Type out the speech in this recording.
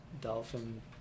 dolphin